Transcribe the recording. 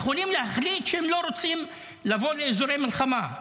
צוותי אוויר יכולים להחליט שהם לא רוצים לבוא לאזורי מלחמה.